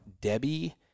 Debbie